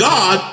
God